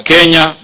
Kenya